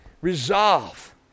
resolve